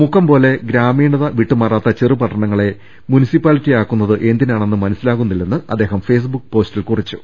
മുക്കം പോലെ ഗ്രാമീണത വിട്ടുമാറാത്ത ചെറുപ്പട്ടണങ്ങളെ മുനിസിപ്പാലിറ്റി ആക്കുന്നത് എന്തിനാണെന്ന് മനസിലാകുന്നില്ലെന്ന് അദ്ദേഹം ഫെയ്സ്ബുക്ക് പോസ്റ്റിൽ കുറിച്ചു